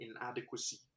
inadequacy